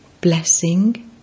Blessing